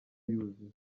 yuzuye